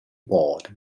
board